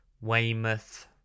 Weymouth